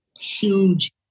huge